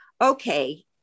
Okay